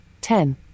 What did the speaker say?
Ten